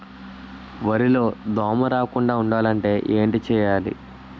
వరిలో దోమ రాకుండ ఉండాలంటే ఏంటి చేయాలి?